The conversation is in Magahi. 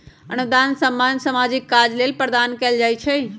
अनुदान सामान्य सामाजिक काज लेल प्रदान कएल जाइ छइ